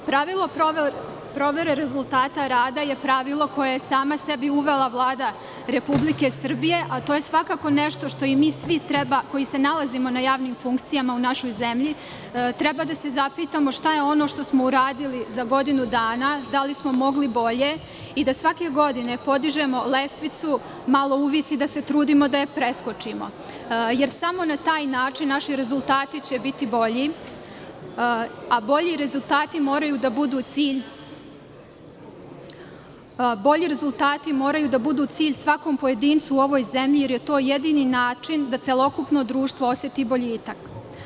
Pravilo provere rezultata rada je pravilo koje je sama sebi uvela Vlada Republike Srbije, a to je svakako nešto što i mi svi treba, koji se nalazimo na javnim funkcijama u našoj zemlji, da se zapitamo šta je ono što smo uradili za godinu dana, da li smo mogli bolje i da svake godine podižemo lestvicu malo u vis i da se trudimo da je preskočimo, jer samo na taj način naši rezultati će biti bolji, a bolji rezultati moraju da budu cilj svakom pojedincu u ovoj zemlji, jer je to jedini način da celokupno društvo oseti boljitak.